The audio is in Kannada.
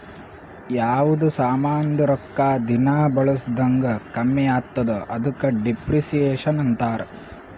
ಯಾವ್ದು ಸಾಮಾಂದ್ ರೊಕ್ಕಾ ದಿನಾ ಬಳುಸ್ದಂಗ್ ಕಮ್ಮಿ ಆತ್ತುದ ಅದುಕ ಡಿಪ್ರಿಸಿಯೇಷನ್ ಅಂತಾರ್